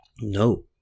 No